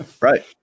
Right